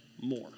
more